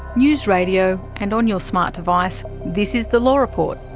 news radio, and on your smart device, this is the law report.